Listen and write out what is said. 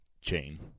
Chain